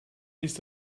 ist